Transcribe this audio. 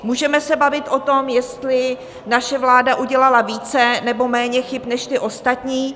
Můžeme se bavit o tom, jestli naše vláda udělala více nebo méně chyb než ty ostatní.